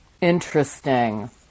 Interesting